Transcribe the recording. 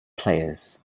players